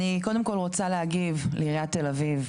אני קודם כל רוצה להגיב לעירית תל אביב.